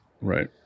Right